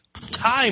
time